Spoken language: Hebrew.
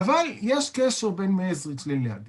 אבל יש קשר בין מעז רצלין לידי.